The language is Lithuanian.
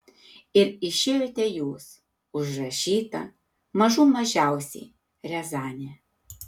ir išėjote jūs užrašyta mažų mažiausiai riazanė